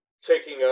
taking